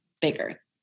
bigger